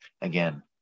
again